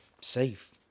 safe